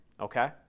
Okay